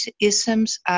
isms